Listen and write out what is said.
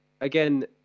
again